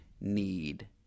need